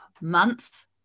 month